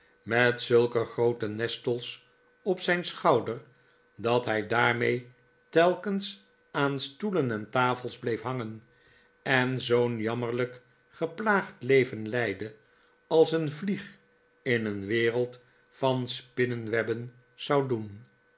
met zulke groote nestels op zijn schouder dat hij daarmee telkens aan stoelen en tafels bleef hangen en zoo'n jammerlijk geplaagd leven leidde als een vlieg in een wereld van spinnewebben zou doen